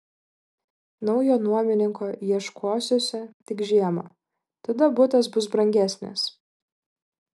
naujo nuomininko ieškosiuosi tik žiemą tada butas bus brangesnis